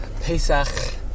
Pesach